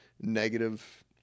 negative